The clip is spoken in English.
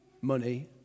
money